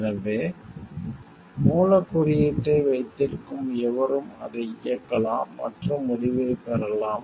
எனவே மூலக் குறியீட்டை வைத்திருக்கும் எவரும் அதை இயக்கலாம் மற்றும் முடிவைப் பெறலாம்